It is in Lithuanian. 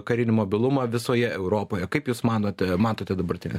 karinį mobilumą visoje europoje kaip jūs manote matote dabartinę